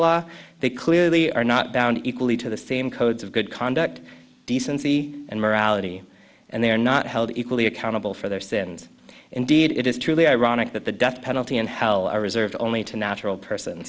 law they clearly are not bound equally to the same codes of good conduct decency and morality and they are not held equally accountable for their sins indeed it is truly ironic that the death penalty and how are reserved only to natural person